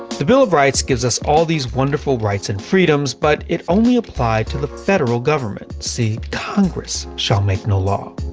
the bill of rights gives us all these wonderful rights and freedoms, but it only applied to the federal government. see congress shall make no law.